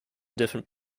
different